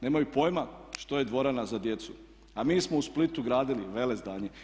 Nemaju pojma što je dvorana za djecu a mi smo u Splitu gladili velezdanje.